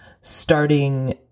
starting